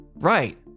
Right